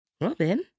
Robin